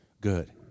good